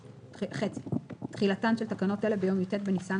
2. תחילתן של תקנות אלה ביום י"ט בניסן